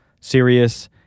serious